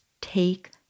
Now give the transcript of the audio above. take